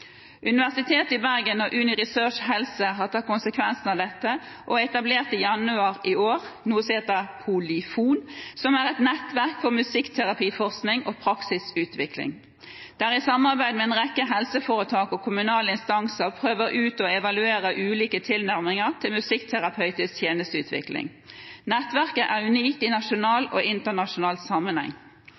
Universitetet i Bergen og Uni Research Helse har tatt konsekvensen av dette og etablerte i januar i år noe som heter POLYFON, som er et nettverk for musikkterapiforskning og praksisutvikling der en i samarbeid med en rekke helseforetak og kommunale instanser prøver ut og evaluerer ulike tilnærminger til musikkterapeutisk tjenesteutvikling. Nettverket er unikt i nasjonal og internasjonal sammenheng.